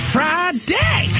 Friday